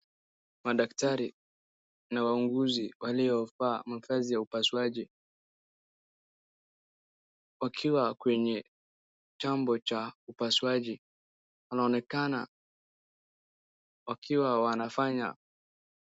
Madaktari na wauguzi waliovaa mavazi ya upasuaji wakiwa kwenye chumba cha upasuaji. Wanaonekana wakiwa wanafanya.